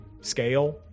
scale